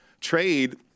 trade